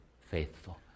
faithful